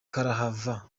karahava